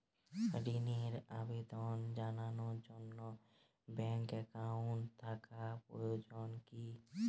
ঋণের আবেদন জানানোর জন্য ব্যাঙ্কে অ্যাকাউন্ট থাকা প্রয়োজন কী?